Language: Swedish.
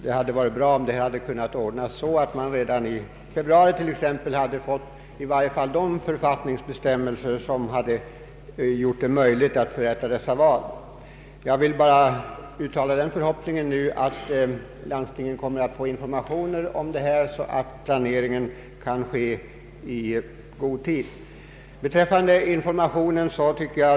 Det hade varit bra om det hade kunnat ordnas så att man redan i januari—februari hade fått i varje fall de författningsbestämmelser som gjort det möjligt att då förrätta dessa val. Jag vill nu endast uttala den förhopp ningen att landstingen kommer att få informationer om detta så att planeringen kan ske i god tid.